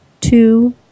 two